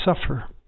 suffer